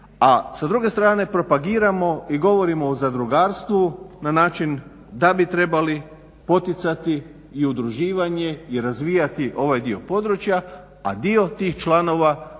A sa druge strane propagiramo i govorimo o zadrugarstvu na način da bi trebali poticati i udruživanje i razvijati ovaj dio područja a dio tih članova